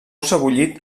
sebollit